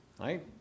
right